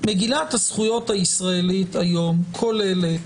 מגילת הזכויות הישראלית היום כוללת,